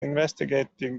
investigating